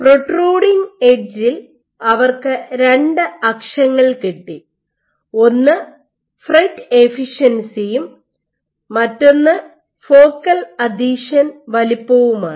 protruding എഡ്ജിൽ അവർക്ക് 2 അക്ഷങ്ങൾ കിട്ടി ഒന്ന് ഫ്രെറ്റ് എഫിഷ്യൻസിയും മറ്റൊന്ന് ഫോക്കൽ അഥീഷൻ വലുപ്പവുമാണ്